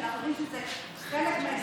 שאנחנו יודעים שזה חלק מההתגלגלות,